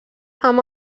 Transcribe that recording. amb